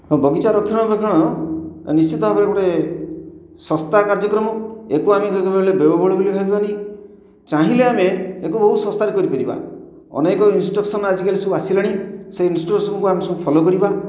ହଁ ବଗିଚା ରକ୍ଷଣ ବେକ୍ଷଣ ନିଶ୍ଚିତ ଭାବରେ ଗୋଟିଏ ଶସ୍ତା କାର୍ଯ୍ୟକ୍ରମ ୟାକୁ ଆମେ କେତେବେଳେ ବ୍ୟୟବହୁଳ ବୋଲି ଭାବିବାନି ଚାହିଁଲେ ଆମେ ୟାକୁ ବହୁତ ଶସ୍ତାରେ କରିପାରିବା ଅନେକ ଇନଷ୍ଟ୍ରକ୍ସନ୍ ଆଜିକାଲି ସବୁ ଆସିଲାଣି ସେ ଇନଷ୍ଟ୍ରକ୍ସନକୁ ଆମେ ସବୁ ଫଲୋ କରିବା